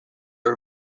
are